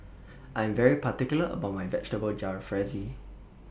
I'm very particular about My Vegetable Jalfrezi